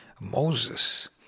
Moses